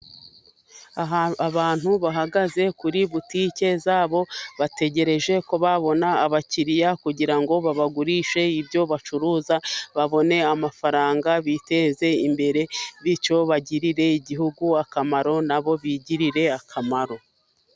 Abantu bahagaze kuri butike za bo bategereje ko babona abakiriya, kugira ngo babagurishe ibyo bacuruza, babone amafaranga biteze imbere, bityo bagirire igihugu akamaro, na bo bigirire akamaro.